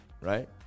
right